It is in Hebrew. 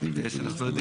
זוכרים